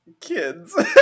Kids